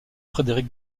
frédéric